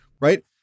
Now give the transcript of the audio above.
Right